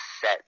set